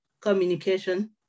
communication